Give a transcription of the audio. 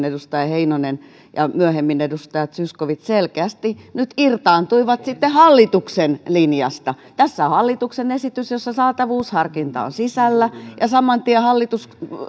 edustaja heinonen ja myöhemmin edustaja zyskowicz selkeästi nyt irtaantui hallituksen linjasta tässä on hallituksen esitys jossa saatavuusharkinta on sisällä ja saman tien